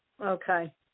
Okay